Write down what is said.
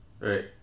Right